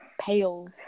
pale